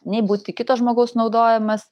nei būti kito žmogaus naudojamas